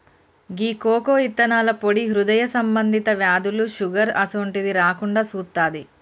గీ cocoa ఇత్తనాల పొడి హృదయ సంబంధి వ్యాధులు, షుగర్ అసోంటిది రాకుండా సుత్తాది